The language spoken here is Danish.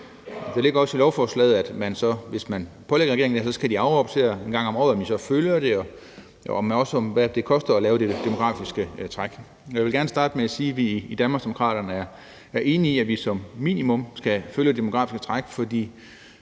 Det ligger også i lovforslaget, at hvis man pålægger regeringen det, skal den afrapportere en gang om året, herunder også om, hvad det koster at følge det demografiske træk. Jeg vil gerne starte med at sige, at vi i Danmarksdemokraterne er enige i, at vi som minimum skal følge det demografiske træk, for